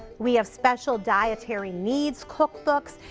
we have special dietary needs cookbooks.